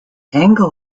angle